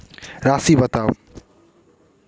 राशि बताउ